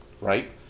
right